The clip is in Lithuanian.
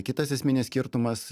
kitas esminis skirtumas